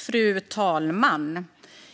Fru talman!